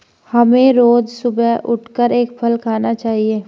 हमें रोज सुबह उठकर एक फल खाना चाहिए